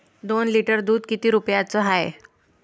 दोन लिटर दुध किती रुप्याचं हाये?